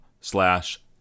slash